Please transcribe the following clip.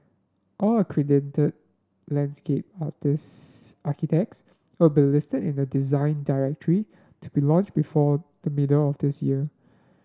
all accredited landscape architects will be listed in a Design Directory to be launched before the middle of this year